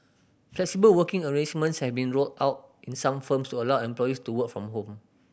flexible working arrangements have been rolled out in some firms to allow employees to work from home